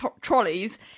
trolleys